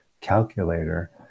calculator